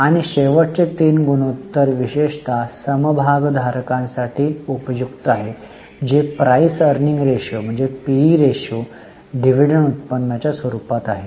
आणि शेवटचे तीन गुणोत्तर विशेषत समभागधारकांसाठी उपयुक्त आहेत जे पीई रेशो डिव्हिडंड उत्पन्नाच्या स्वरूपात आहेत